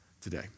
today